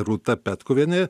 rūta petkuvienė